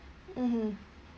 mm